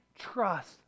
trust